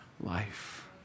life